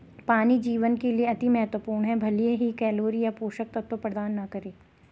पानी जीवन के लिए अति महत्वपूर्ण है भले ही कैलोरी या पोषक तत्व प्रदान न करे